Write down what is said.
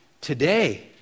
today